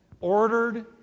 ordered